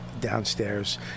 downstairs